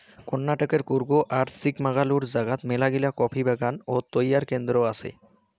কর্ণাটকের কূর্গ আর চিকমাগালুরু জাগাত মেলাগিলা কফি বাগান ও তৈয়ার কেন্দ্র আছে